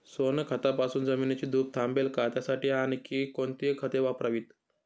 सोनखतापासून जमिनीची धूप थांबेल का? त्यासाठी आणखी कोणती खते वापरावीत?